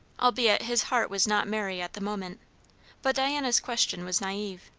albeit his heart was not merry at the moment but diana's question was naive.